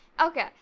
Okay